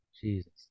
jesus